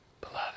Beloved